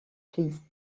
please